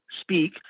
speak